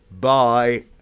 Bye